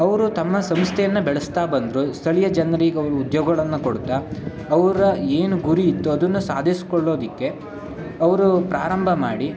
ಅವರು ತಮ್ಮ ಸಂಸ್ಥೆಯನ್ನು ಬೆಳೆಸ್ತಾ ಬಂದರು ಸ್ಥಳೀಯ ಜನ್ರಿಗೆ ಅವರು ಉದ್ಯೋಗಗಳನ್ನು ಕೊಡ್ತಾ ಅವರ ಏನು ಗುರಿ ಇತ್ತು ಅದನ್ನು ಸಾಧಿಸ್ಕೊಳ್ಳೋದಕ್ಕೆ ಅವರು ಪ್ರಾರಂಭ ಮಾಡಿ